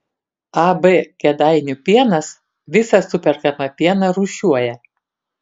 ab kėdainių pienas visą superkamą pieną rūšiuoja